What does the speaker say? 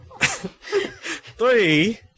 Three